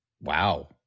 Wow